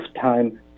time